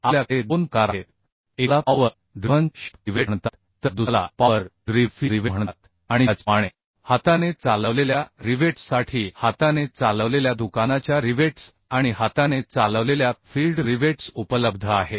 आपल्या कडे दोन प्रकार आहेत एकाला पॉवर ड्रिव्हन शॉप रिवेट म्हणतात तर दुसऱ्याला पॉवर ड्रिव्हन फील्ड रिवेट म्हणतात आणि त्याचप्रमाणे हाताने चालवलेल्या रिवेट्ससाठी हाताने चालवलेल्या दुकानाच्या रिवेट्स आणि हाताने चालवलेल्या फील्ड रिवेट्स उपलब्ध आहेत